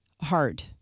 hard